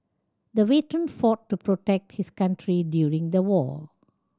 the veteran fought to protect his country during the war